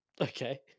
Okay